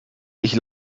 ich